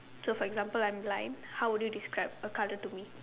so example I'm blind how would you describe a colour to me